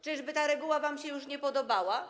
Czyżby ta reguła wam się już nie podobała?